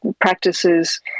practices